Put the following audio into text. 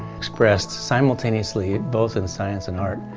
expressed simultaneously both in science and art,